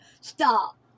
stop